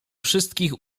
wszystkich